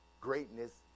greatness